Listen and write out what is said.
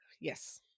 Yes